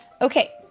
Okay